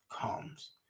comes